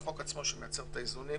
החוק עצמו שמייצר את האיזונים